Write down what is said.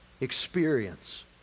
experience